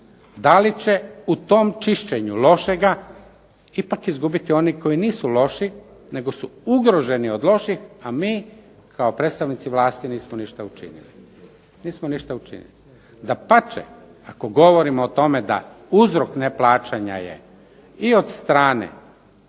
Da li će u tom čišćenju lošega ipak izgubiti oni koji nisu loši nego su ugroženi od loših, a mi kao predstavnici vlasti nismo ništa učinili. Dapače, ako govorimo o tome da uzrok neplaćanja je i od strane